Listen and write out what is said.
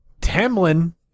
Tamlin